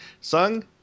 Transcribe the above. Sung